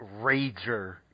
rager